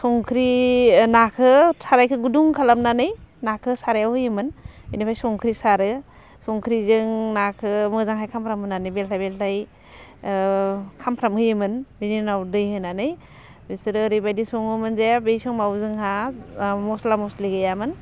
संख्रि नाखौ सारायखौ गुदुं खालामनानै नाखौ सारायाव होयोमोन बेनिफ्राय संख्रि सारो संख्रिजों नाखौ मोजाङै खामफ्राम होनानै बेलथाय बेलथाय खामफ्राम होयोमोन बेनि उनाव दै होनानै बिसोरो ओरैबायदि सङोमोन जे बै समाव जोंहा मस्ला मस्लि गैयामोन